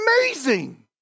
amazing